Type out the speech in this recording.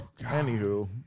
anywho